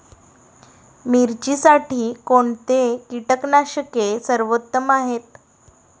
मिरचीसाठी कोणते कीटकनाशके सर्वोत्तम आहे?